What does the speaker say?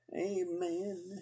Amen